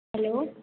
hello